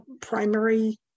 primary